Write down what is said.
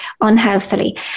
unhealthily